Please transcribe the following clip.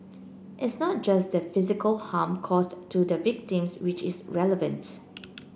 it's not just the physical harm caused to the victims which is relevant